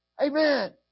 Amen